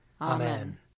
Amen